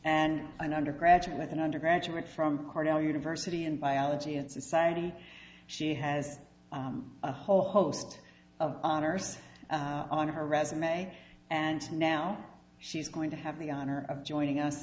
and an undergraduate with an undergraduate from cornell university in biology and society she has a whole host of honors on her resume and now she's going to have the honor of joining us